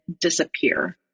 disappear